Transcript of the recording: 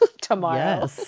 tomorrow